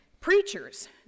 Preachers